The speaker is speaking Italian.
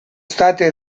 stati